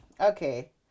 Okay